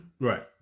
Right